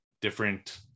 different